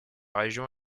région